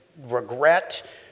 regret